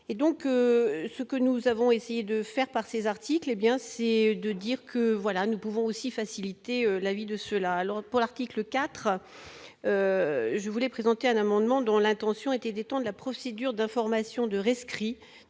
ce que nous avons essayé de faire par ces articles, et bien c'est de dire que voilà, nous pouvons aussi faciliter la vie de ceux la langue pour l'article 4 je voulais présenter un amendement dont l'intention était temps la procédure d'information de rescrit